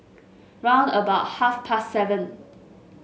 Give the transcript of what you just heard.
round about half past seven